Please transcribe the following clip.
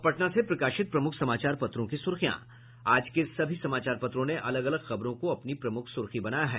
अब पटना से प्रकाशित प्रमुख समाचार पत्रों की सुर्खियां आज के सभी समाचार पत्रों ने अलग अलग खबरों को अपनी प्रमुख सुर्खी बनाया है